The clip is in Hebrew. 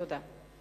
תודה.